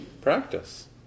Practice